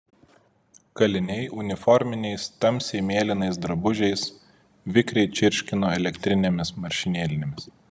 kaliniai uniforminiais tamsiai mėlynais drabužiais vikriai čirškino elektrinėmis mašinėlėmis